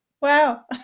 Wow